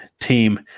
team